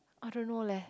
I don't know leh